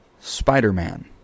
Spider-Man